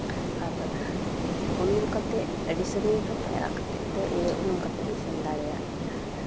ᱟᱨ ᱩᱢ ᱠᱟᱛᱮᱫ ᱟᱹᱰᱤ ᱥᱟᱺᱜᱤᱧ ᱦᱚᱸ ᱯᱟᱭᱨᱟ ᱠᱟᱛᱮᱜ ᱫᱚ ᱤᱭᱟᱹ ᱩᱱᱩᱢ ᱠᱟᱛᱮᱜ ᱦᱚᱸᱧ ᱥᱮᱱ ᱫᱟᱲᱮᱭᱟᱜ ᱜᱮᱭᱟ